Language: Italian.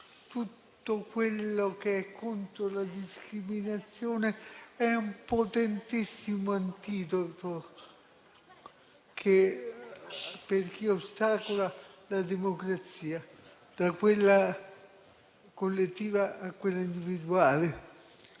Tutto quello che è contro la discriminazione è un potentissimo antidoto per chi ostacola la democrazia, da quella collettiva a quella individuale.